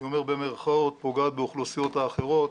אני אומר במרכאות, 'פוגעת' באוכלוסיות אחרות.